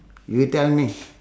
you tell me